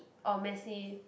or messy